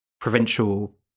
provincial